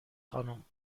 خانم